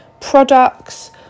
products